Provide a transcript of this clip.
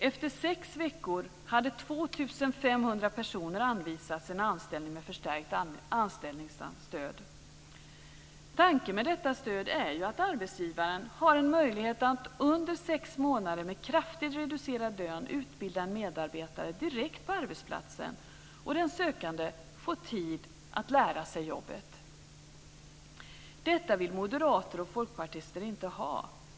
Efter sex veckor hade Tanken med detta stöd är ju att arbetsgivaren har en möjlighet att under sex månader med kraftigt reducerad lön utbilda medarbetare direkt på arbetsplatsen, och den sökande får tid att lära sig jobbet. Detta vill moderater och folkpartister inte ha.